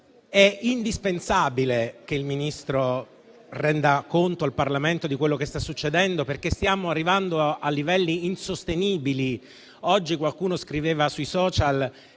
È indispensabile che il Ministro renda conto al Parlamento di quello che sta succedendo, perché stiamo arrivando a livelli insostenibili. Oggi qualcuno scriveva sui *social*